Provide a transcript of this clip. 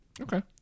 okay